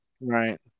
Right